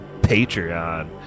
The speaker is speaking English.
Patreon